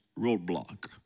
roadblock